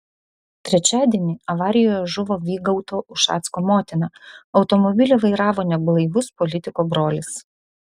trečiadienį avarijoje žuvo vygaudo ušacko motina automobilį vairavo neblaivus politiko brolis